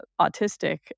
autistic